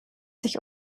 sich